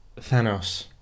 Thanos